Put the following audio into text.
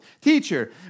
Teacher